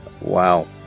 Wow